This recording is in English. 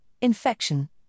infection